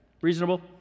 Reasonable